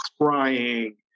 crying